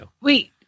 Wait